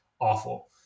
awful